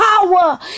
power